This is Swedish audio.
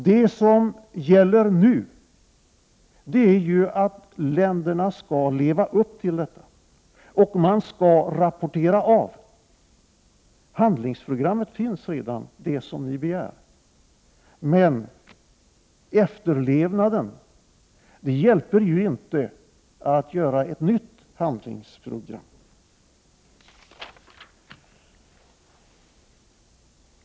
Det som gäller nu är att länderna skall leva upp till detta och att man skall rapportera av. Det handlingsprogram som ni begär finns redan. Men för att få en bättre efterlevnad hjälper det inte att göra ett nytt handlingsprogram.